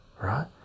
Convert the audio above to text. Right